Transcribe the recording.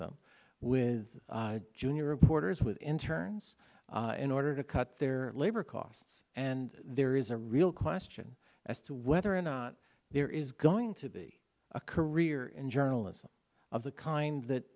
them with junior reporters with interns in order to cut their labor costs and there is a real question as to whether or not there is going to be a career in journalism of the kind that